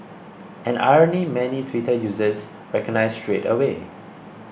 an irony many Twitter users recognised straight away